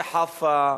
זה חיפא,